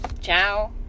Ciao